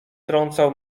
trącał